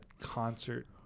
concert